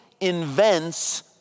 invents